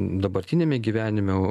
dabartiniame gyvenime